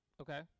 Okay